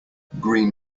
green